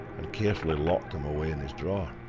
and carefully locked them away in his drawer.